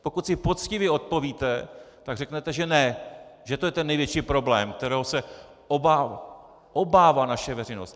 Pokud si poctivě odpovíte, tak řeknete že ne, že to je ten největší problém, kterého se obává naše veřejnost.